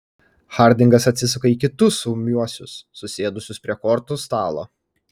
hardingas atsisuka į kitus ūmiuosius susėdusius prie kortų stalo